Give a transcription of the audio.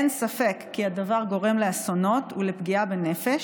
אין ספק כי הדבר גורם לאסונות ולפגיעה בנפש.